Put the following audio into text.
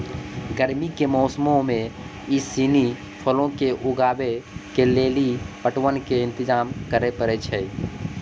गरमी के मौसमो मे इ सिनी फलो के उगाबै के लेली पटवन के इंतजाम करै पड़ै छै